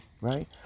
Right